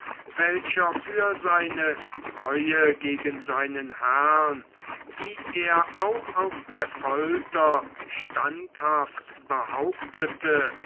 welcher für seine treue gegen seinen herrn die er auch auf der folter standhaft behauptete